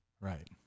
right